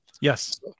Yes